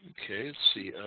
okay, see,